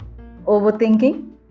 overthinking